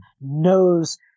knows